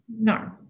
No